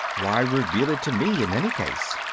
why reveal it to me in any case?